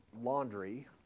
laundry